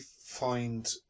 find